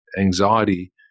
anxiety